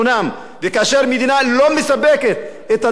וכאשר מדינה לא מספקת את הדברים הבסיסיים האלה,